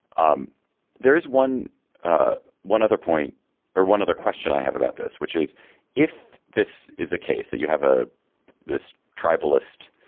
um there is one ah one other point or one other question i have about this which is if this is the case that you have a this tribal list